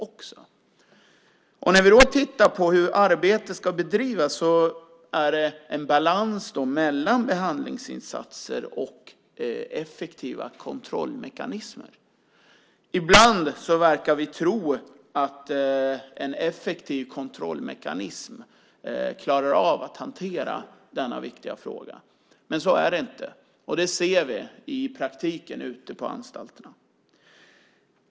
Vi kan då titta på hur arbetet ska bedrivas. Det handlar om en balans mellan behandlingsinsatser och effektiva kontrollmekanismer. Ibland verkar vi tro att vi med en effektiv kontrollmekanism klarar av att hantera denna viktiga fråga, men så är det inte. Det ser vi i praktiken ute på anstalterna.